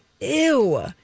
ew